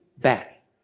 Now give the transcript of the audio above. back